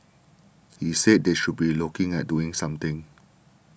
he said they should be looking at doing something